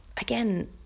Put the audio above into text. again